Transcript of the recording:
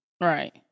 right